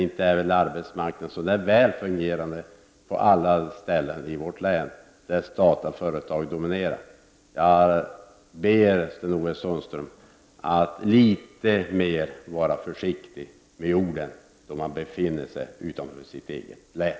Inte är väl arbetsmarknaden så där väl fungerande på alla ställen i vårt land där statliga företag dominerar. Jag ber Sten-Ove Sundström att vara litet mer försiktig med orden då han befinner sig utanför sitt eget län.